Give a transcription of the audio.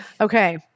Okay